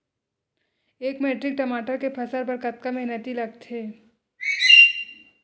एक मैट्रिक टमाटर के फसल बर कतका मेहनती लगथे?